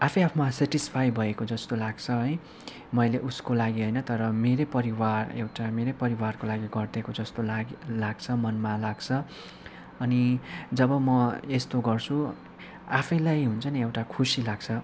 आफै आफ्मा सेटिस्फाई भएको जस्तो लाग्छ है मैले उसको लागि होइन तर मेरै परिवार एउटा मेरै परिवारको लागि गरिदिएको जस्तो लाग्यो लाग्छ मनमा लाग्छ अनि जब म यस्तो गर्छु आफैलाई हुन्छ नि एउटा खुसी लाग्छ